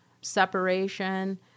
separation